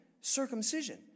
circumcision